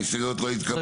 ההסתייגויות לא התקבלו.